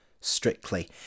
Strictly